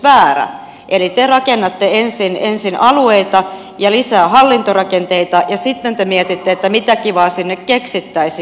eli te rakennatte ensin alueita ja lisää hallintorakenteita ja sitten te mietitte mitä kivaa sinne keksittäisiin